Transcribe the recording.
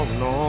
no